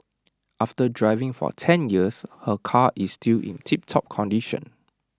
after driving for ten years her car is still in tiptop condition